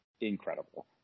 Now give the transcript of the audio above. incredible